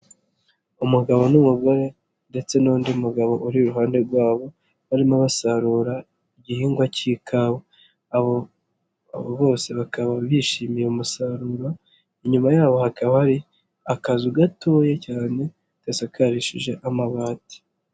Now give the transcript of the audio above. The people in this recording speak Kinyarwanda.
Umugabo n'umugore ndetse n'undi mugabo uri iruhande rwabo barimo basarura igihingwa cy'ikawa, abo bose bakaba bishimiye umusaruro inyuma yabo hakaba ari akazu gatoya cyane gasakarishije amabati.